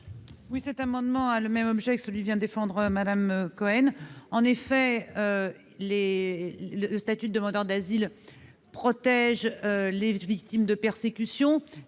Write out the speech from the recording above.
Cet amendement a le même objet que celui que vient de défendre Mme Cohen. Le statut de demandeur d'asile protège les victimes de persécutions,